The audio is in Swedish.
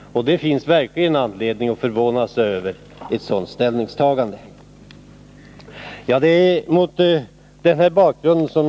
Det finns verkligen anledning att förvåna sig över ett sådant ställningstagande.